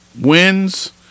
wins